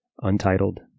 Untitled